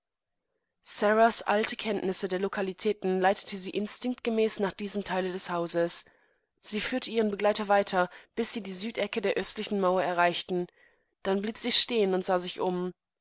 alte kenntnis der lokalitäten leitete sie instinktgemäß nach diesem teile des hauses sie führte ihren begleiter weiter bis sie die südecke der östlichen mauer erreichten dannbliebsiestehenundsahsichum seitdemsiedempostbotenbegegnet